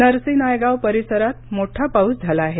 नर्सी नायगाव परिसरात मोठा पाऊस झाला आहे